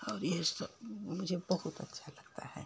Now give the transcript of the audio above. और ये सब मुझे बहुत अच्छा लगता है